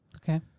Okay